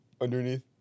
underneath